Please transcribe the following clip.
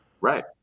Right